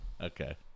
Okay